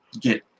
get